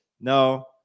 no